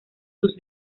sus